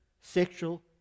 sexual